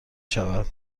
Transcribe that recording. شود